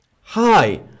Hi